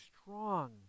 strong